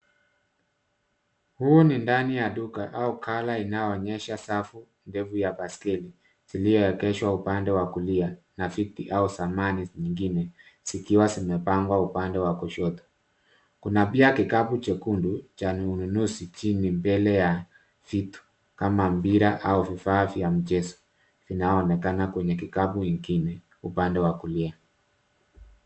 Huu ni ndani ya duka au ghala inayoonyesha safu ndefu ya baiskeli zilioegeshwa upande wa kulia na viti au samani nyingine zikiwa zimepangwa upande wa kushoto. Kuna pia kikapu chekundu cha ununuzi chini mbele ya vitu kama mpira au vifaa vya mchezo, vinaonekana kwenye kikapu ingine upande wa kulia.